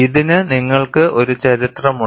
ഇതിന് നിങ്ങൾക്ക് ഒരു ചരിത്രമുണ്ട്